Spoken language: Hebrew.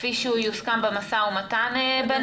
כפי שהוא יוסכם במשא-ומתן ביניהם,